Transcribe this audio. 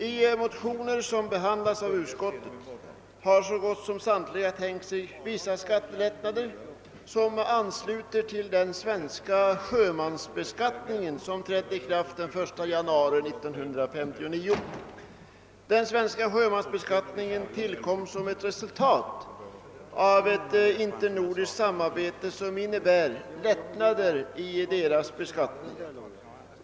I de motioner som behandlats av utskottet har så gott som samtliga för slagsställare tänkt sig vissa skattelättnader som ansluter till den svenska sjömansbeskattningen, vilken trädde i kraft den 1 januari 1959. Den tillkom som ett resultat av ett internordiskt samarbete och innebär lättnader i sjömännens beskattning.